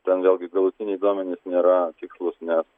ten vėlgi galutiniai duomenys nėra tikslūs nes